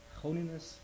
holiness